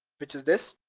which is this.